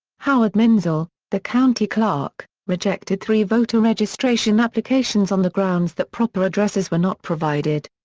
howard menzel, the county clerk, rejected three voter registration applications on the grounds that proper addresses were not provided.